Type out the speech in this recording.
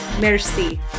Merci